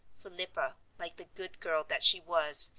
philippa, like the good girl that she was,